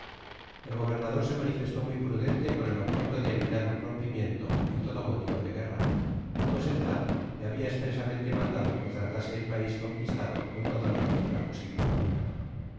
el gobernador se manifestó muy prudente con el objeto de evitar un rompimiento y todo motivo de guerra pues el czar le habia espresamente mandado que tratase el pais conquistado con toda la dulzura posible